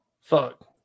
fuck